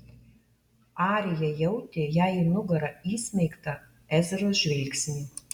arija jautė jai į nugarą įsmeigtą ezros žvilgsnį